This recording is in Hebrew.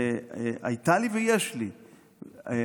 הייתה לי ויש לי ביקורת